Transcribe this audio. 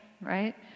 right